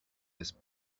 his